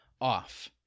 off